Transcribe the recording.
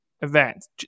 event